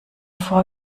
vor